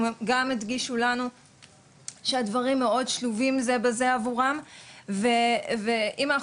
הם גם הדגישו לנו שהדברים מאוד שלובים זה בזה עבורם ואם אנחנו